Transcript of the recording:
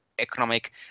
economic